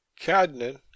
cadnan